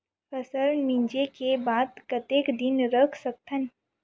फसल मिंजे के बाद कतेक दिन रख सकथन?